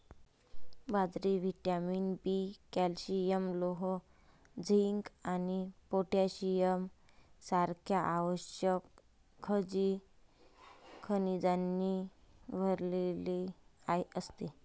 बाजरी vitamin B, calcium, लोह, zinc आणि पोटॅशियम सारख्या आवश्यक खनिजांनी भरलेली असते